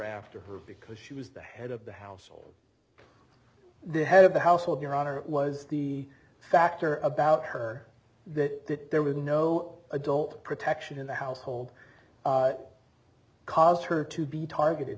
after her because she was the head of the household the head of the household your honor it was the factor about her that there was no adult protection in the household caused her to be targeted